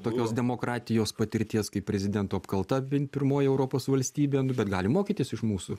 tokios demokratijos patirties kaip prezidento apkalta pirmoji europos valstybė bet gali mokytis iš mūsų